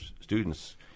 students